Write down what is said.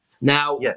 Now